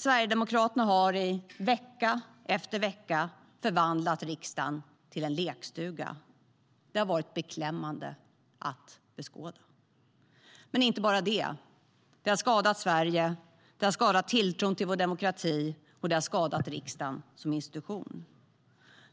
Sverigedemokraterna har, i vecka efter vecka, förvandlat riksdagen till en lekstuga. Det har varit beklämmande att beskåda. Men inte bara det. Det har skadat Sverige. Det har skadat tilltron till vår demokrati, och det har skadat riksdagen som institution.